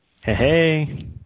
Hey